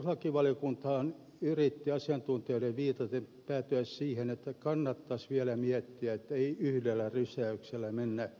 perustuslakivaliokuntahan yritti asiantuntijoihin viitaten päätyä siihen että kannattaisi vielä miettiä että ei yhdellä rysäyksellä mennä työsuhteisiin